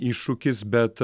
iššūkis bet